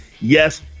yes